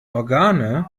organe